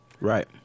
right